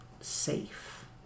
safe